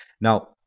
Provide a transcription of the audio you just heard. Now